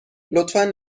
لطفا